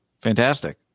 Fantastic